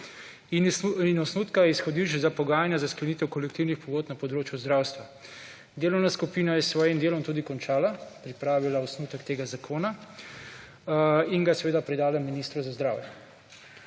in osnutka izhodišč za pogajanja za sklenitev kolektivnih pogodb na področju zdravstva. Delovna skupina je s svojim delom tudi končala, pripravila osnutek tega zakona in ga seveda predala ministru za zdravje.